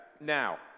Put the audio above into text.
now